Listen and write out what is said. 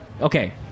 Okay